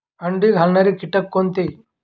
अंडी घालणारे किटक कोणते?